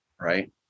Right